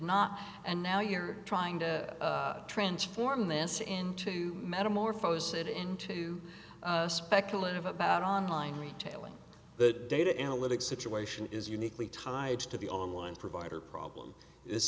not and now you're trying to transform this into metamorphose it into a speculative about online retailing the data analytics situation is uniquely tied to the online provider problem